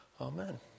amen